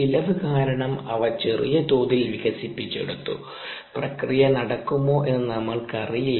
ചിലവ് കാരണം അവ ചെറിയ തോതിൽ വികസിപ്പിച്ചെടുത്തു പ്രക്രിയ നടക്കുമോ എന്ന് നമ്മൾക്ക് അറിയില്ല